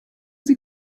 sie